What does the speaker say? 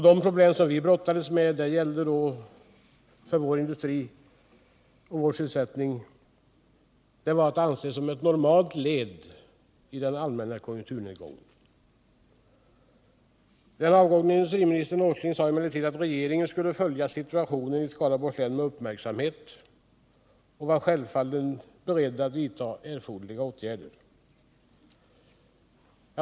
De problem som vi brottades med då det gällde vår industri och vår sysselsättning var att anse som ett led i den allmänna konjunkturnedgången. Den avgångne industriministern Åsling sade emellertid att regeringen skulle följa situationen i länet med uppmärksamhet och självfallet vara beredd att vidta erforderliga åtgärder.